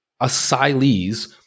asylees